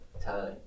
time